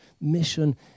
mission